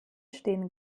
stehen